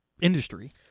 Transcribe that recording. industry